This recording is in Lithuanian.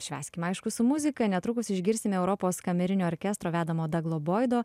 švęskime aišku su muzika netrukus išgirsime europos kamerinio orkestro vedamo daglo boido